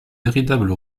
véritable